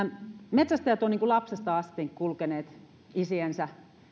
metsästäjät ovat lapsesta asti kulkeneet isiensä